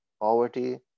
Poverty